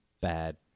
bad